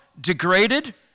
degraded